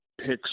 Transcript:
picks